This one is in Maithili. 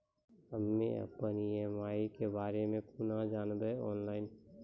हम्मे अपन ई.एम.आई के बारे मे कूना जानबै, ऑनलाइन?